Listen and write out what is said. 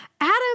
Adam